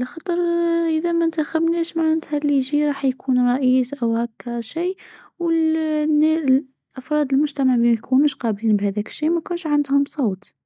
لخاطر آآ إذا منتخبناش معناتها اللى يجى راح يكون رئيس أو هكا شى والافراد المجتمع ميكونوش قابلين بهذا الشى كشي مكانش عندهم صوت.